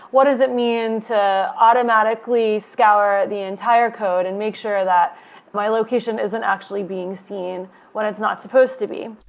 what does it mean to automatically scour the entire code and make sure that my location isn't actually being seen when it's not supposed to be?